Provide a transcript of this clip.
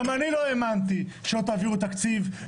גם אני לא האמנתי שלא תעבירו תקציב,